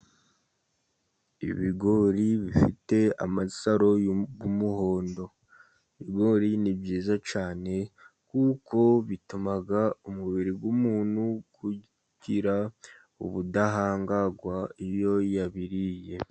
Ibigori bifite amasaro y'umuhondo, ibigori ni byiza cyane, kuko bituma umubiri w'umuntu ugira ubudahangarwa iyo yabiriye.